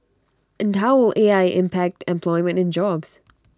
and how will A I impact employment and jobs